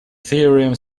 theorem